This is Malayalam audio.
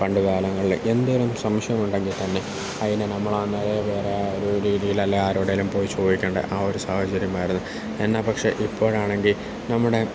പണ്ടുകാലങ്ങളിൽ എന്തെങ്കിലും സംശയമുണ്ടെങ്കിൽത്തന്നെ അതിനെ നമ്മളന്നേരം വേറെ ഒരു രീതിയിലല്ലെങ്കിൽ ആരോടെങ്കിലും പോയി ചോദിക്കേണ്ടേ ആ ഒരു സാഹചര്യമായിരുന്നു എന്നാൽ പക്ഷേ ഇപ്പോഴാണെങ്കിൽ നമ്മുടെ